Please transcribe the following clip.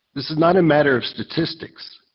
this is not a matter of statistics,